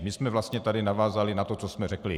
My jsme vlastně tady navázali na to, co jsme řekli.